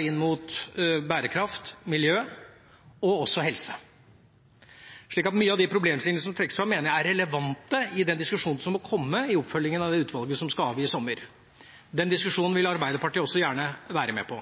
inn mot bærekraft, miljø og helse. Så mange av de problemstillingene som trekkes fram, mener jeg er relevante i den diskusjonen som må komme i oppfølginga av innstillinga som utvalget skal avgi i sommer. Den diskusjonen vil Arbeiderpartiet også gjerne være med på.